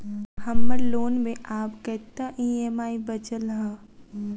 हम्मर लोन मे आब कैत ई.एम.आई बचल ह?